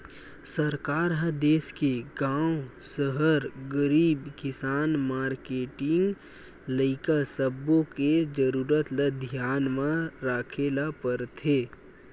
सरकार ह देस के गाँव, सहर, गरीब, किसान, मारकेटिंग, लइका सब्बो के जरूरत ल धियान म राखे ल परथे